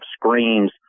screams